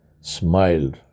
smiled